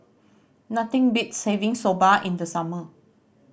nothing beats having Soba in the summer